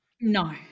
No